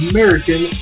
American